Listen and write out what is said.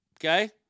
Okay